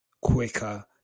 quicker